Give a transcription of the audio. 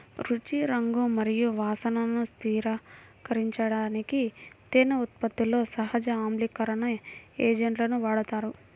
రుచి, రంగు మరియు వాసనను స్థిరీకరించడానికి తేనె ఉత్పత్తిలో సహజ ఆమ్లీకరణ ఏజెంట్లను వాడతారు